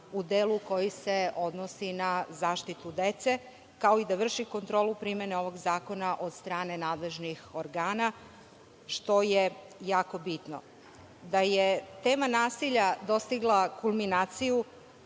u delu koji se odnosi na zaštitu dece, kao i da vrši kontrolu primene ovog zakona od strane nadležnih organa, što je jako bitno. Da je tema nasilja dostigla kulminaciju